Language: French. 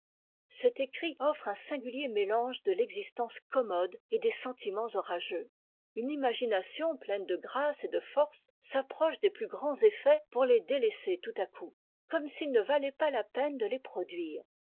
cet écrit offre un singulier mélange de l'existence commode et des sentiments orageux une imagination pleine de grâce et de force s'approche des plus grands effets pour les délaisser tout à coup comme s'il ne valait pas la peine de les produire